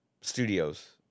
studios